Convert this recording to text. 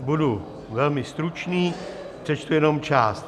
Budu velmi stručný, přečtu jenom část: